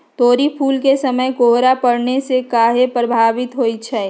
तोरी फुल के समय कोहर पड़ने से काहे पभवित होई छई?